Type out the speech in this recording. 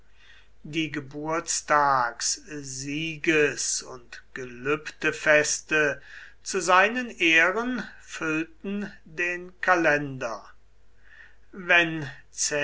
die geburtstags sieges und gelübdefeste zu seinen ehren füllten den kalender wenn